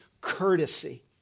courtesy